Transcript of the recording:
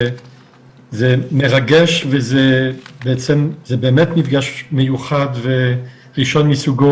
זה מרגש וזה בעצם זה באמת מפגש מיוחד וראשון מסוגו,